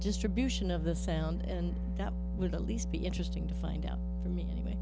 distribution of the sound and that would at least be interesting to find out for me